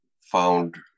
found